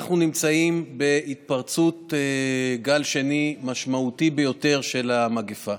אנחנו נמצאים בהתפרצות גל שני משמעותי ביותר של המגפה,